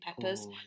Peppers